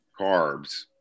carbs